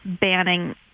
banning